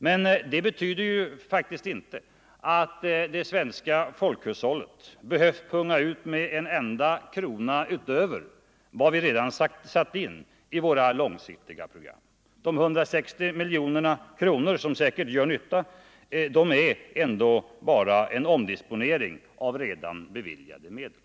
Men det betyder faktiskt inte att det svenska folkhushållet behövt punga ut med en enda krona utöver vad vi redan satt in i våra långsiktiga program. De 160 miljoner kronorna, som säkert gör nytta, är ändå bara en omdisponering av redan beviljade medel.